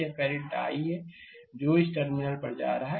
यह current i है जो इस टर्मिनल पर जा रहा है